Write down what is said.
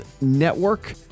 Network